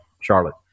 Charlotte